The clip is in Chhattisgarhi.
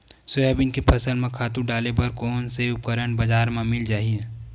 सोयाबीन के फसल म खातु डाले बर कोन से उपकरण बजार म मिल जाहि?